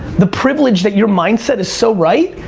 the privilege that your mindset is so right,